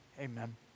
Amen